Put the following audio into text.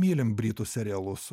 mylim britų serialus